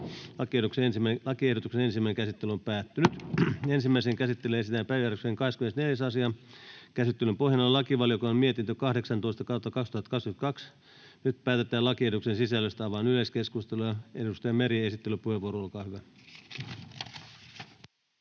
lakien muuttamisesta Time: N/A Content: Ensimmäiseen käsittelyyn esitellään päiväjärjestyksen 24. asia. Käsittelyn pohjana on lakivaliokunnan mietintö LaVM 18/2022 vp. Nyt päätetään lakiehdotusten sisällöstä. — Avaan yleiskeskustelun. Edustaja Meri, esittelypuheenvuoro, olkaa hyvä.